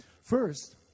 First